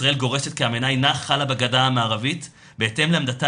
ישראל גורסת כי האמנה אינה חלה בגדה המערבית בהתאם לעמדתה